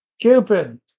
Cupid